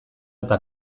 eta